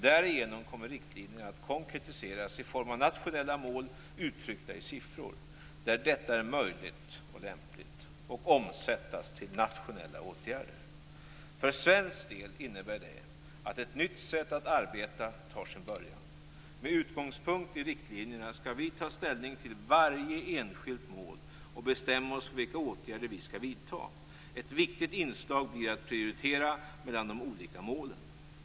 Därigenom kommer riktlinjerna att konkretiseras i form av nationella mål uttryckta i siffror, där detta är möjligt och lämpligt, och omsättas i nationella åtgärder. För svensk del innebär det att ett nytt sätt att arbeta tar sin början. Med utgångspunkt i riktlinjerna skall vi ta ställning till varje enskilt mål och bestämma oss för vilka åtgärder vi skall vidta. Ett viktigt inslag blir att prioritera mellan de olika målen.